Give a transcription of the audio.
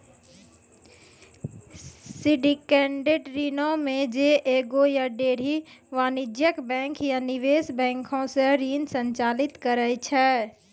syndicated ऋणो मे जे एगो या ढेरी वाणिज्यिक बैंक या निवेश बैंको से ऋण संचालित करै छै